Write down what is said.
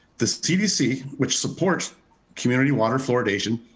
the cdc, which supports community water fluoridation,